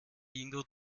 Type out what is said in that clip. ingo